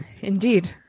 Indeed